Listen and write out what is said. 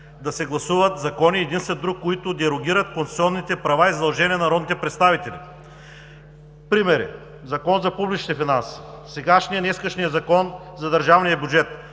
да се гласуват закони един след друг, които дерогират конституционните права и задължения на народните представители. Примери: Закон за публичните финанси, днешният Закон за държавния бюджет.